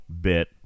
bit